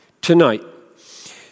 tonight